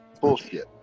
bullshit